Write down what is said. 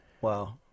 Wow